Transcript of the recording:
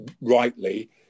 rightly